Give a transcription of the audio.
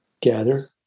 gather